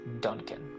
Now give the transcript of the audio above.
duncan